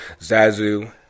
Zazu